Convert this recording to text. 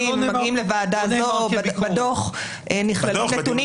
אנחנו מגיעים לוועדה הזו ובדוח נכללים נתונים